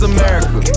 America